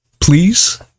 please